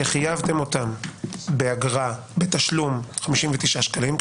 שחייבתם אותם באגרה בתשלום 59 שקלים,